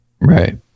Right